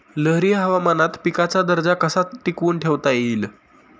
लहरी हवामानात पिकाचा दर्जा कसा टिकवून ठेवता येईल?